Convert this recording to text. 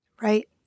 right